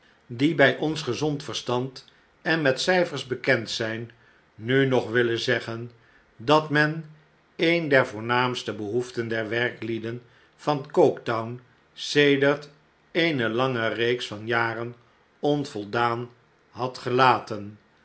die bij ons gezond verstand en met cijfers bekend zijn nu nog willen zeggen dat men een der voornaamste behoeften der werklieden van coketown sedert eene lange reeks van jaren onvoldaan had gelaten